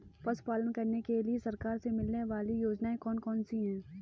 पशु पालन करने के लिए सरकार से मिलने वाली योजनाएँ कौन कौन सी हैं?